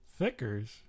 Thickers